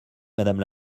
madame